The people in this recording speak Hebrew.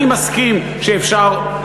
אני מסכים שאפשר,